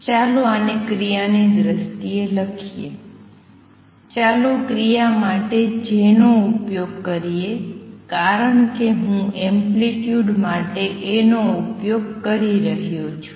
ચાલો આને ક્રિયાની દ્રષ્ટિએ લખીએ ચાલો ક્રિયા માટે J નો ઉપયોગ કરીએ કારણ કે હું એમ્પ્લિટ્યુડ માટે A નો ઉપયોગ કરી રહ્યો છું